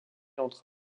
entre